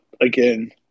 again